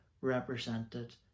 represented